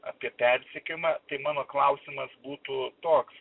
apie persekiojimą tai mano klausimas būtų toks